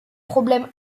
problèmes